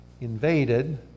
invaded